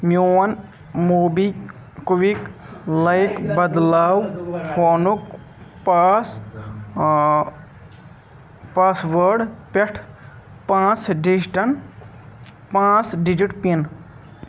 میون موبی کُوِک لایک بدلاو فونُک پاس پاس وٲڈ پٮ۪ٹھ پانٛژھ ڈجٹن پانٛژھ ڈجِٹ پِن